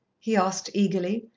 he asked eagerly,